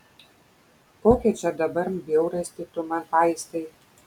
kokią čia dabar bjaurastį tu man paistai